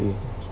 exactly